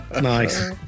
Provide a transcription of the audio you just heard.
Nice